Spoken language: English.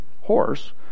horse